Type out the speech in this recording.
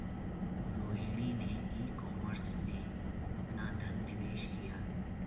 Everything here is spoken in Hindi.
रोहिणी ने ई कॉमर्स में अपना धन निवेश किया